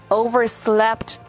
overslept